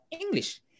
English